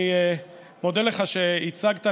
אני מודה לך שהצגת,